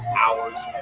hours